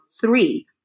three